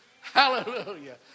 Hallelujah